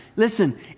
listen